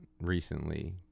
recently